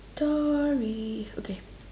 story okay